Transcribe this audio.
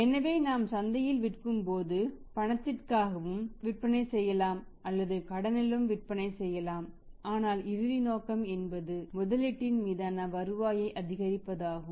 எனவே நாம் சந்தையில் விற்கும்போது பணத்திற்காகவும் விற்பனை செய்யலாம் அல்லது கடனிலும் விற்பனை செய்யலாம் ஆனால் இறுதி நோக்கம் என்பது முதலீட்டின் மீதான வருவாயை அதிகரிப்பதாகும்